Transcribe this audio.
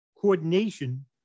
coordination